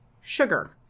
sugar